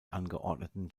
angeordneten